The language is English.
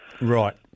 Right